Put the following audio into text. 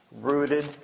rooted